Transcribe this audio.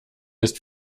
ist